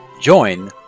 Join